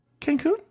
Cancun